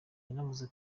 yanavuze